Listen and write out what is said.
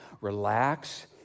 Relax